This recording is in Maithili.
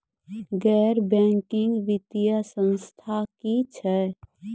गैर बैंकिंग वित्तीय संस्था की छियै?